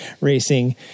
racing